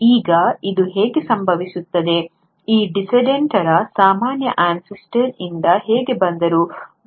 ಈಗ ಇದು ಹೇಗೆ ಸಂಭವಿಸುತ್ತದೆ ಈ ಡಿಸೆಂಡೆಂಟ್ರು ಸಾಮಾನ್ಯ ಅನ್ಸೆಸ್ಟಾರ್ ಇಂದ ಹೇಗೆ ಬಂದರು